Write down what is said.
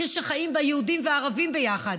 עיר שחיים בה יהודים וערבים ביחד,